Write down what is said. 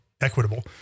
Equitable